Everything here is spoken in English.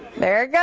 there